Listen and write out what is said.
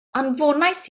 anfonais